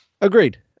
Agreed